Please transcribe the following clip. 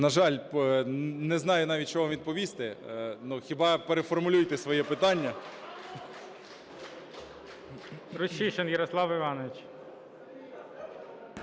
На жаль, не знаю навіть, що вам відповісти, хіба переформулюйте своє питання.